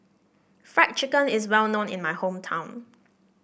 Fried Chicken is well known in my hometown